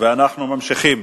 ואנחנו ממשיכים.